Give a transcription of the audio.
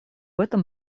этом